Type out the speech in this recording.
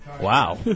Wow